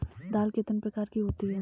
दाल कितने प्रकार की होती है?